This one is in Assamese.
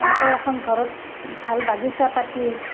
এনেকৈ এখন ঘৰত ভাল বাগিছা পাতি